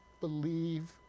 believe